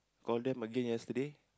call them again yesterday